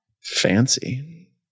Fancy